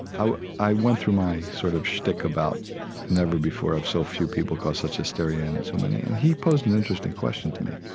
ah i went through my sort of shtick about never before have so few people cause such hysteria in so many and he posed an interesting question to me.